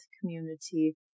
community